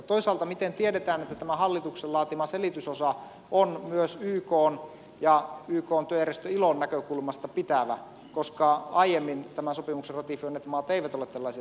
toisaalta miten tiedetään että tämä hallituksen laatima selitysosa on myös ykn ja ykn työjärjestö ilon näkökulmasta pitävä koska aiemmin tämän sopimuksen ratifioineet maat eivät ole tällaisia selityksiä antaneet